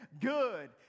good